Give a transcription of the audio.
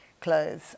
clothes